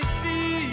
see